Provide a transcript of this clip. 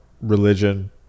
religion